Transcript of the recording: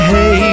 Hey